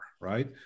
right